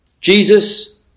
Jesus